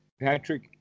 patrick